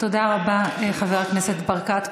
תודה רבה, חבר הכנסת ברקת.